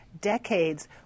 decades